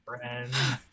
friends